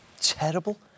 terrible